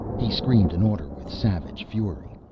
he screamed an order with savage fury.